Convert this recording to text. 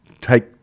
take